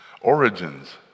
Origins